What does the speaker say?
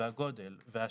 הגודל וההשפעה,